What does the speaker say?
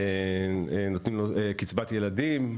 נותנים לו קצבת ילדים,